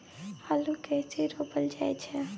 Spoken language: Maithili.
आलू कइसे रोपल जाय छै?